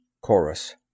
Chorus